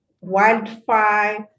wildfire